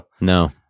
No